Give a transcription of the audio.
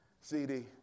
CD